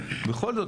בכל זאת,